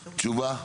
תשובה.